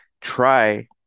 try